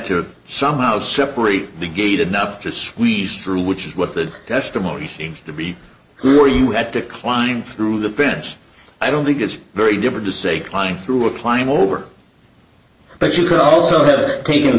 or somehow separate the gate enough just we strew which is what the testimony seems to be who are you had to climb through the fence i don't think it's very different to say climb through a climb over but you could also have taken